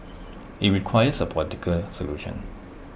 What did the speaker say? IT requires A political solution